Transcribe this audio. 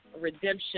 redemption